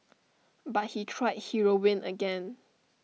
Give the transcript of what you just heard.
but he tried heroin again